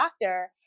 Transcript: doctor